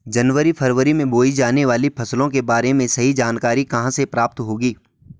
जनवरी फरवरी में बोई जाने वाली फसलों के बारे में सही जानकारी कहाँ से प्राप्त होगी?